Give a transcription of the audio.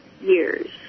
years